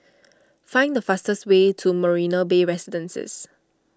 find the fastest way to Marina Bay Residences